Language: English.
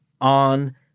on